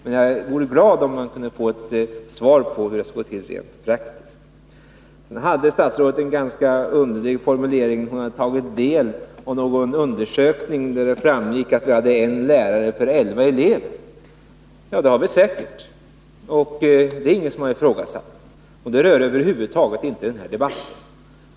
Men det vore alltså bra om jag kunde få ett svar på frågan hur det skall gå till rent praktiskt. Statsrådet hade också en ganska underlig formulering. Hon hade tagit del av någon undersökning, där det framgick att vi hade en lärare per elva elever. Ja, det har vi säkert — det är det ingen som har ifrågasatt, och det rör över huvud taget inte den här debatten.